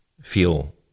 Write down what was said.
feel